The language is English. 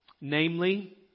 Namely